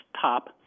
top